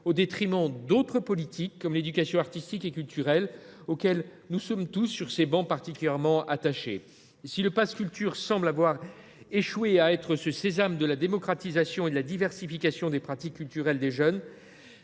au détriment d’autres actions, comme l’éducation artistique et culturelle (EAC), à laquelle nous sommes tous, sur ces travées, particulièrement attachés. Le pass Culture semble donc avoir échoué à être le sésame de la démocratisation et de la diversification des pratiques culturelles des jeunes.